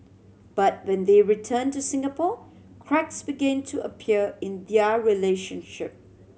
but when they return to Singapore cracks began to appear in their relationship